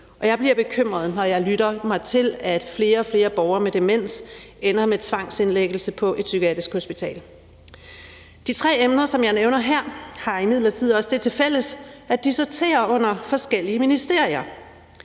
Jeg bliver bekymret, når jeg lytter mig til, at flere og flere borgere med demens ender med tvangsindlæggelse på et psykiatrisk hospital. De tre emner, som jeg nævner her, har imidlertid også det tilfælles, at de sorterer under forskellige ministerier.